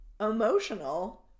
Emotional